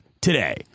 today